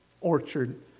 orchard